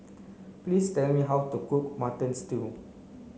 please tell me how to cook mutton stew